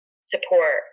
support